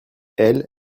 elle